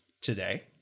today